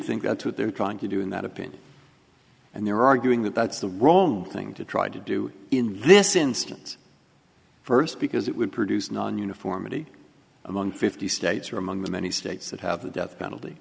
think that's what they're trying to do in that opinion and they're arguing that that's the wrong thing to try to do in this instance first because it would produce non uniformity among fifty states or among the many states that have the death penalty